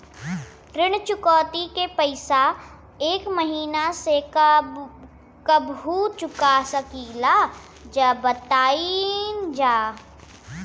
ऋण चुकौती के पैसा एक महिना मे कबहू चुका सकीला जा बताईन जा?